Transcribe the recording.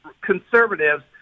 conservatives